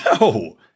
No